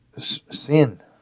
sin